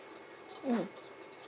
mm